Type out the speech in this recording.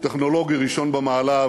טכנולוגי ראשון במעלה,